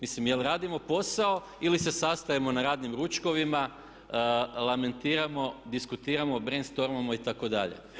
Mislim jel' radimo posao ili se sastajemo na radnim ručkovima, lamentiramo, diskutiramo, brend stormamo itd.